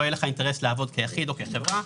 לא יהיה לך אינטרס לעבוד כיחיד או כחברה,